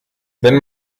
wenn